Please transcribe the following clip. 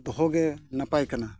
ᱫᱚᱦᱚᱜᱮ ᱱᱟᱯᱟᱭ ᱠᱟᱱᱟ